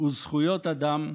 וזכויות אדם,